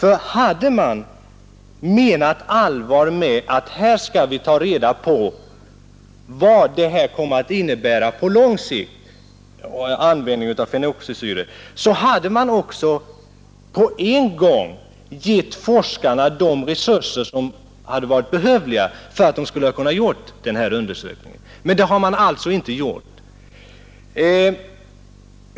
Om man hade menat allvar och sagt sig ämna ta reda på vad användningen av fenoxisyror kommer att innebära på lång sikt, hade man på en gång givit forskarna de resurser som varit behövliga, men det har man inte gjort.